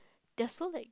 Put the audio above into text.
that so like